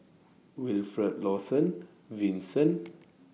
Wilfed Lawson Vincent